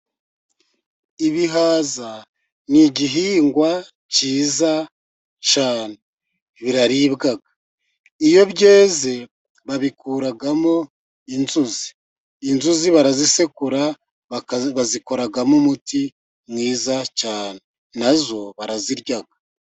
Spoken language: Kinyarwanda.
Ibihaza ni igihingwa cyiza cyane , biraribwa iyo byeze babikuramo inzuzi, inzuzi barazisekura bazikoramo umuti mwiza cyane, nazo barazirya.